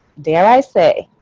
dare i say,